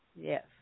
Yes